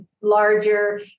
larger